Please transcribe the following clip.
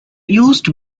used